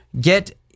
get